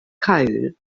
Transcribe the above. cole